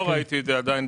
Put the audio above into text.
לא ראיתי את זה בתוכנית.